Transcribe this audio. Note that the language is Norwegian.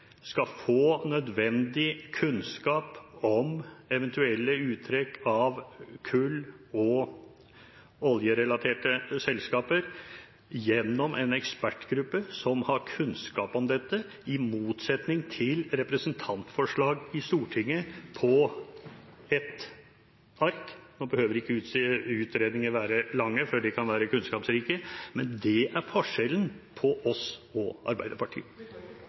skal få nødvendig kunnskap om eventuelle uttrekk av kull- og oljerelaterte selskaper gjennom en ekspertgruppe som har kunnskap om dette, i motsetning til representantforslag i Stortinget på ett ark – selv om utredninger ikke behøver å være lange for å være kunnskapsrike. Det er forskjellen på oss og Arbeiderpartiet.